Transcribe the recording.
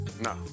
No